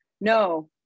no